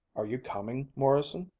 are you coming, morrison?